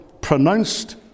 pronounced